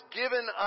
given